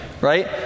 right